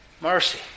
Mercy